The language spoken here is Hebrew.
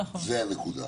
זאת הנקודה.